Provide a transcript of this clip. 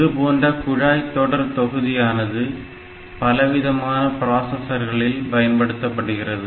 இதுபோன்ற குழாய்தொடர்தொகுதியானது பலவிதமான பிராசஸர்களில் பயன்படுத்தப்படுகிறது